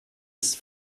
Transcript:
ist